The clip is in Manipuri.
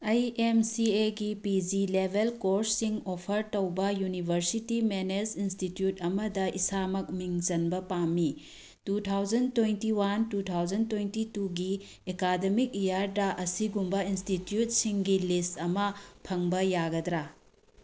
ꯑꯩ ꯑꯦꯝ ꯁꯤ ꯑꯦꯒꯤ ꯄꯤ ꯖꯤ ꯂꯦꯕꯦꯜ ꯀꯣꯔꯁ ꯁꯤꯡ ꯑꯣꯐꯔ ꯇꯧꯕ ꯌꯨꯅꯤꯕꯔꯁꯤꯇꯤ ꯃꯦꯅꯦꯖ ꯏꯟꯁꯇꯤꯇ꯭ꯌꯨꯠ ꯑꯃꯗ ꯏꯁꯥꯃꯛ ꯃꯤꯡ ꯆꯟꯕ ꯄꯥꯝꯃꯤ two thousand twenty one two thousand twenty ꯇꯨꯒꯤ ꯑꯦꯀꯥꯗꯃꯤꯛ ꯏꯌꯥꯔꯗ ꯑꯁꯤꯒꯨꯝꯕ ꯏꯟꯁꯇꯤꯇ꯭ꯌꯨꯠꯁꯤꯡꯒꯤ ꯂꯤꯁ ꯑꯃ ꯐꯪꯕ ꯌꯥꯒꯗ꯭ꯔꯥ